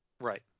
Right